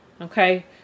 okay